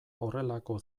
horrelako